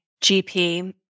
GP